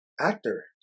actor